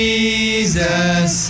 Jesus